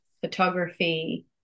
photography